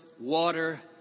water